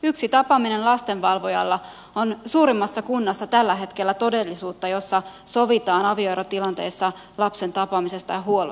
yksi tapaaminen lastenvalvojalla on suuremmassa kunnassa tällä hetkellä todellisuutta ja siinä sovitaan avioerotilanteessa lapsen tapaamisesta ja huollosta